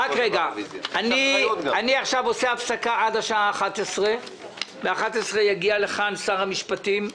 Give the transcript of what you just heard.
אני עושה עכשיו הפסקה עד השעה 11:00. ב-11:00 יגיע לכאן שר המשפטים.